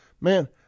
Man